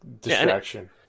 distraction